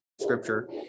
scripture